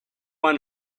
only